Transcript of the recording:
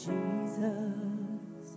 Jesus